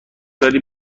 داری